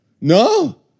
no